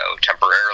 temporarily